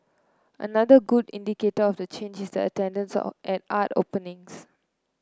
another good indicator of the change is the attendance of at art openings